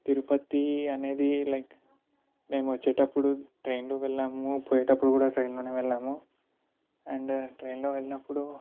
తిరుపతి అనేది లైక్ మేము వచ్చేటప్పుడు ట్రైనులో వెళ్ళాము పోయేటప్పుడు కూడా ట్రైనులో వెళ్ళాము అండ్ ట్రైనులో వెళ్ళినప్పుడు